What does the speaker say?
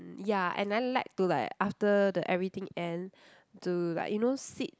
mm ya and I like to like after the everything end to like you know sit